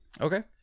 Okay